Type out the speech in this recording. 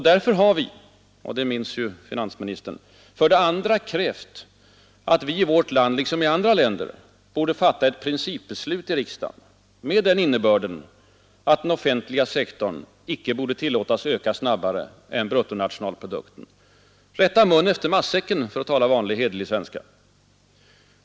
Därför har vi — det vet ju finansministern — för det andra krävt att vi i vårt land liksom man gör i andra länder borde fatta ett principbeslut i riksdagen med den innebörden att den offentliga sektorn icke borde tillåtas öka snabbare än bruttonationalprodukten, att vi skall rätta munnen efter matsäcken, för att tala vanlig hederlig svenska.